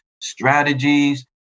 strategies